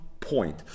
Point